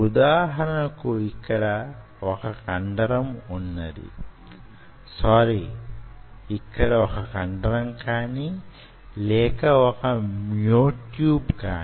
ఉదాహరణకు యిక్కడ వొక కండరం వున్నది - సారీ ఇక్కడ వొక కండరం కానీ లేక వొక మ్యోట్యూబ్ కాని